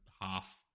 half